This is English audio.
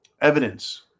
Evidence